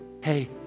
hey